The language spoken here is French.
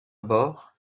bord